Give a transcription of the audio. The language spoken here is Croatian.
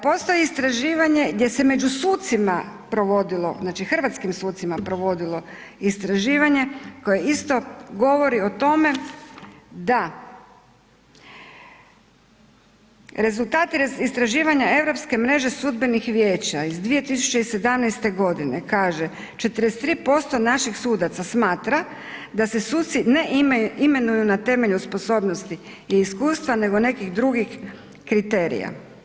Postoji istraživanje gdje se među sucima provodilo, znači hrvatskim sucima provodilo istraživanje koje isto govori o tome da rezultati istraživanja europske mreže sudbenih vijeća iz 2017. godine kaže, 43% naših sudaca smatra da se suci ne imenuju na temelju sposobnosti i iskustva nego nekih drugih kriterija.